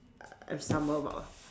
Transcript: uh I stumble